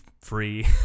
free